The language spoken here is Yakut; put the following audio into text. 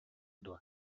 дуо